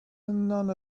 none